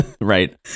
right